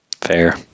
Fair